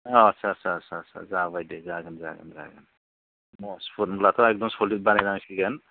औ आच्चा आच्चा आच्चा आच्चा जाबाय दे जागोन जागोन जागोन मजबुट होनब्लाथ' एकदम सलिद बानायनांसिगोन